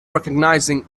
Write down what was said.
recognizing